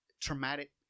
traumatic